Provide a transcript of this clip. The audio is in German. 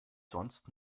sonst